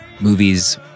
movies